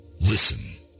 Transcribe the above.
Listen